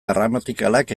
gramatikalak